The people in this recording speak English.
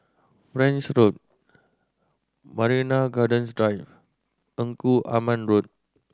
French Road Marina Gardens Drive Engku Aman Road